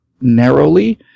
narrowly